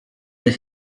that